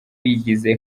bigize